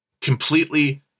completely